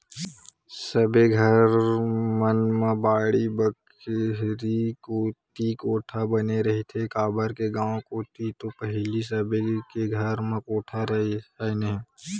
सबे घर मन म बाड़ी बखरी कोती कोठा बने रहिथे, काबर के गाँव कोती तो पहिली सबे के घर म कोठा राहय ना